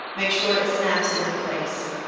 make sure it snaps into place.